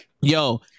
Yo